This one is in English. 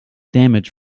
damage